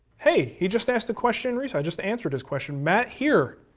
hey, he just asked a question, i just answered his question. matt here,